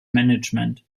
management